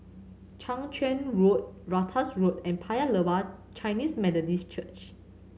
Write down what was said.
Chang Charn Road Ratus Road and Paya Lebar Chinese Methodist Church